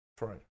Right